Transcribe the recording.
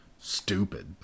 stupid